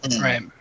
Right